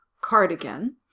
cardigan